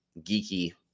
Geeky